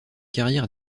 carrière